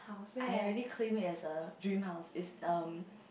I already claimed it as a dream house it's um